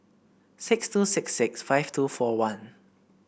six two six six five two four one